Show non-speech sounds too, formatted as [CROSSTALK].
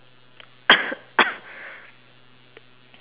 [COUGHS]